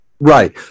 Right